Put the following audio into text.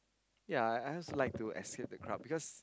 yea I I also like to escape the crowd because